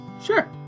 Sure